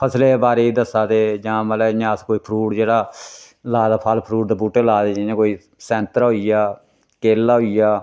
फसलें दे बारे च दस्सा दे जां मतलब इ'यां अस कोई फ्रूट जेह्ड़ा लाए दा फल फ्रूट दे बूह्टे लाए दे जियां कोई सैंतरा होई गेआ केला होई गेआ